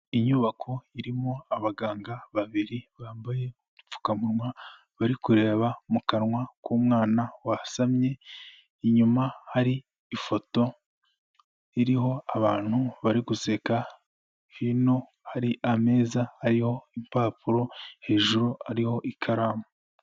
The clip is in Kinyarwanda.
Inyubako irimo abaganga babiri bambaye udupfukamunwa bari kureba mu kanwa k'umwana wasamye inyuma ye hari ifoto iriho abantu bari guseka hino hari ameza ariho ibipapuro hejuru ariho ikaramu.